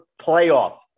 playoff